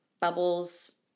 bubbles